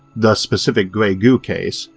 the specific grey goo case,